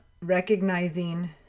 recognizing